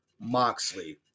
Moxley